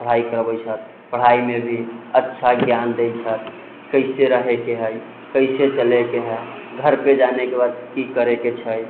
पढ़ाइ करबै छथि पढ़ाइमे भी अच्छा ज्ञान दै छथि कैसे रहैके है कैसे चलैके है घर पर जानेके बाद की करै के छै